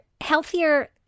healthier